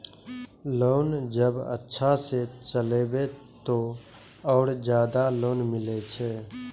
Loan जब अच्छा से चलेबे तो और ज्यादा लोन मिले छै?